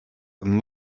and